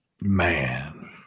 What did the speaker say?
Man